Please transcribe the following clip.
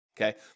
Okay